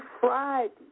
Friday